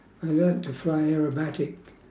I learnt to fly aerobatic